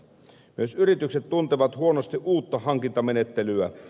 myös yritykset tuntevat huonosti uutta hankintalakimenettelyä